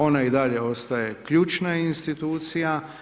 Ona i dalje ostaje ključna institucija.